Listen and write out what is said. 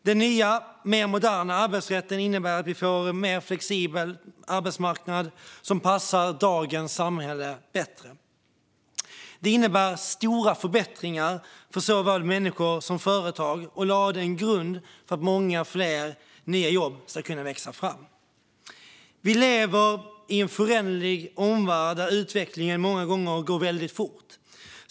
Den nya, mer moderna arbetsrätten innebär att vi får en mer flexibel arbetsmarknad som passar dagens samhälle bättre. Detta innebär stora förbättringar för såväl människor som företag och har lagt en grund för att många fler nya jobb ska kunna växa fram. Vi lever i en föränderlig omvärld där utvecklingen många gånger går väldigt fort.